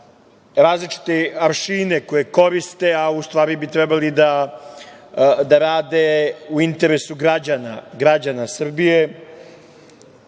različite aršine koje koriste, a u stvari bi trebali da rade u interesu građana Srbije,